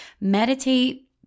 meditate